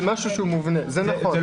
זה נכון.